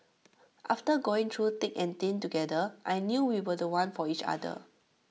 after going through thick and thin together I knew we were The One for each other